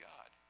God